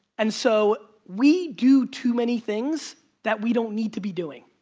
and so we do too many things that we don't need to be doing.